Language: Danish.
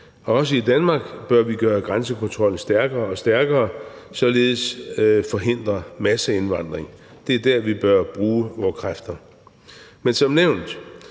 Også i Danmark bør vi gøre grænsekontrollen stærkere og stærkere og således forhindre masseindvandring. Det er der, vi bør bruge vores kræfter. Men som nævnt: